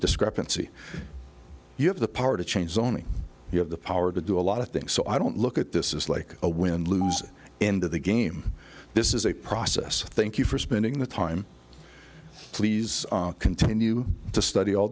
discrepancy you have the power to change zoning you have the power to do a lot of things so i don't look at this is like a win lose into the game this is a process thank you for spending the time please continue to study all